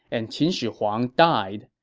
and qin shi huang died.